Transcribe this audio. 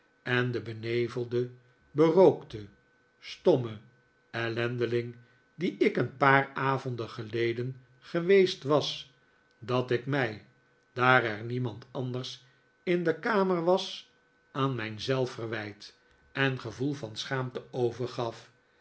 en den benevelden berookten stommen ellendeling die ik een paar avonden geleden geweest was dat ik mij daar er niemand anders in de kamer was aan mijn zelfverwijt en gevoel van schaamte overgaf